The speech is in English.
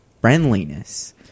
friendliness